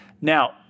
Now